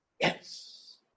Yes